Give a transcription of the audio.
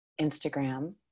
instagram